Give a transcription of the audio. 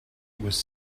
was